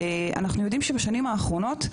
אנחנו יודעים שבשנים האחרונות,